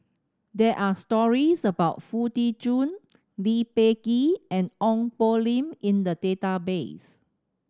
there are stories about Foo Tee Jun Lee Peh Gee and Ong Poh Lim in the database